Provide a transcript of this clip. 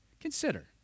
Consider